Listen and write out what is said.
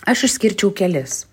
aš išskirčiau kelis